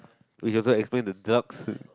which also explained the drugs